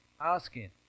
asking